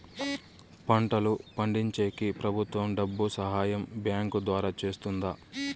పంటలు పండించేకి ప్రభుత్వం డబ్బు సహాయం బ్యాంకు ద్వారా చేస్తుందా?